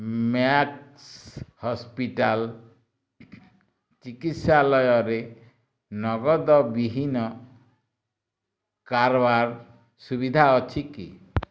max hospital ଚିକିତ୍ସାଲୟରେ ନଗଦ ବିହୀନ କାରବାର ସୁବିଧା ଅଛି କି